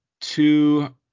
two